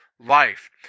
life